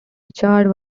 richard